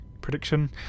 prediction